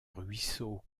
ruisseau